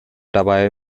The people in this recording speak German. dabei